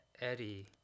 Eddie